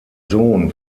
sohn